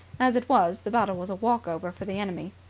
as it was, the battle was a walk-over for the enemy.